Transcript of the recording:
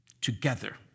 together